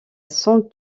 cent